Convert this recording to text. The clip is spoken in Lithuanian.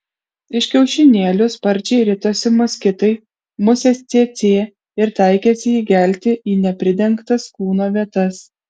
iš kiaušinėlių sparčiai ritosi moskitai musės cėcė ir taikėsi įgelti į nepridengtas kūno vietas